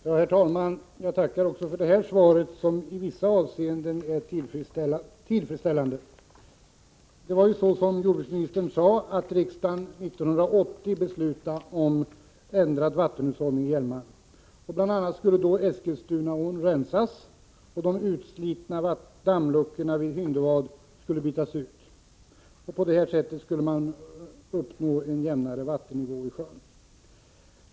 Herr talman! Jag tackar också för detta svar, som i vissa avseenden är tillfredsställande. Som jordbruksministern sade beslutade riksdagen 1980 om ändrad vattenhushållning i Hjälmaren. Bl. a. skulle Eskilstunaån rensas, och de utslitna dammluckorna vid Hyndvad skulle bytas ut. På det sättet skulle en jämnare vattennivå uppnås i Hjälmaren.